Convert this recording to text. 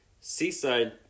seaside